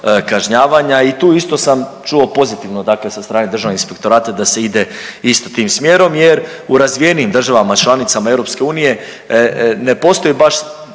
kažnjavanja. I tu isto sam čuo pozitivno sa strane Državnog inspektorata da se ide isto tim smjerom jer u razvijenijim državama članicama EU ne postoji baš